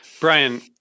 brian